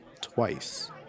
twice